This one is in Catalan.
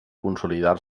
consolidar